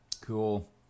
cool